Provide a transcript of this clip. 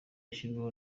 ishyirwaho